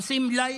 עושים לייק,